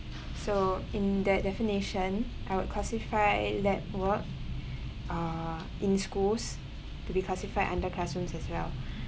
so in that definition I would classify lab work uh in schools to be classified under classroom as well